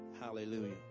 Hallelujah